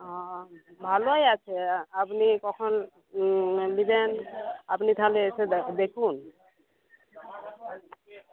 ও ভালোই আছে আপনি কখন নেবেন আপনি তাহলে এসে দে দেখুন